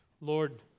Lord